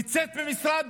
קיצץ במשרד